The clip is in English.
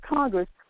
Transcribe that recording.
Congress